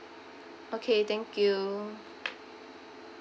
okay thank you